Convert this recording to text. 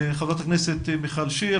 חברי הכנסת מיכל שיר,